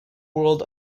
world